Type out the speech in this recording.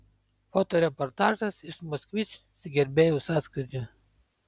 fotoreportažas iš moskvič gerbėjų sąskrydžio